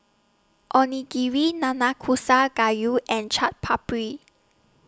Onigiri Nanakusa Gayu and Chaat Papri